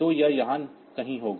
तो यह यहाँ कहीं होगा